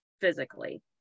physically